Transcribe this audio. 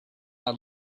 had